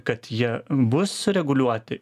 kad jie bus sureguliuoti